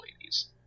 Ladies